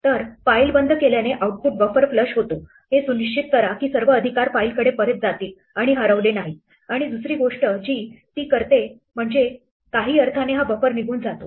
तर फाईल बंद केल्याने आउटपुट बफर फ्लश होतो हे सुनिश्चित करा की सर्व अधिकार फाईलकडे परत जातील आणि हरवले नाहीत आणि दुसरी गोष्ट जी ती करते ती म्हणजे काही अर्थाने हा बफर निघून जातो